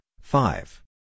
Five